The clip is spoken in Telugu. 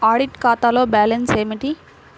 ఆడిట్ ఖాతాలో బ్యాలన్స్ ఏమిటీ?